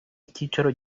icyicaro